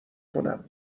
کنم